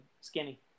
skinny